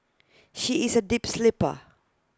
she is A deep sleeper